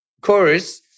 chorus